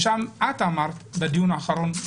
כמו שאמרה ד"ר אלרעי בדיון האחרון,